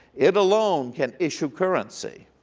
it alone can issue currency